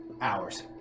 Hours